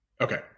Okay